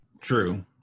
True